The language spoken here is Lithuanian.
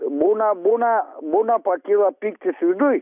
būna būna būna pakyla pyktis viduj